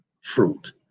fruit